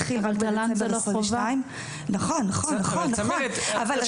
התל"ן התחיל רק בדצמבר 2022. אבל תל"ן זה לא חובה.